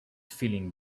feeling